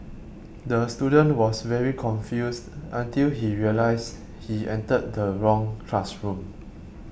the student was very confused until he realised he entered the wrong classroom